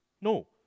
No